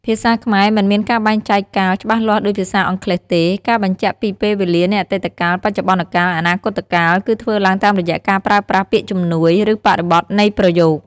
ភាសាខ្មែរមិនមានការបែងចែក កាល ច្បាស់លាស់ដូចភាសាអង់គ្លេសទេ ការបញ្ជាក់ពីពេលវេលានៃអតីតកាល បច្ចុប្បន្នកាល អនាគតកាល គឺធ្វើឡើងតាមរយៈការប្រើប្រាស់ពាក្យជំនួយ ឬបរិបទនៃប្រយោគ។